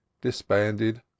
disbanded